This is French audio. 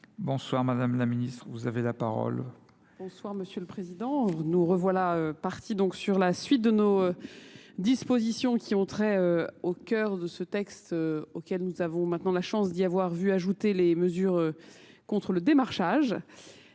Bonsoir Madame la Ministre, vous avez la parole. Bonsoir Monsieur le Président. Nous revoilà parti donc sur la suite de nos dispositions qui ont trait au cœur de ce texte auquel nous avons maintenant la chance d'y avoir vu ajouter les mesures contre le démarchage.